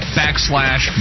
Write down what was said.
backslash